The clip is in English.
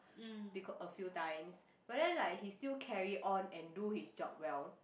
becau~ a few times but then like he still carry on and do his job well